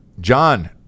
John